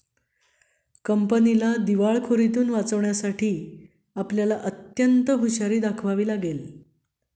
कंपनीला दिवाळखोरीतुन वाचवण्यासाठी आपल्याला अत्यंत हुशारी दाखवावी लागेल